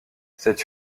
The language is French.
cette